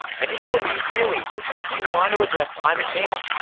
and he told me, really, if you want to address climate change,